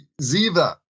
Ziva